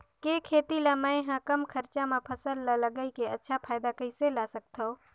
के खेती ला मै ह कम खरचा मा फसल ला लगई के अच्छा फायदा कइसे ला सकथव?